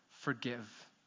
forgive